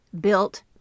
built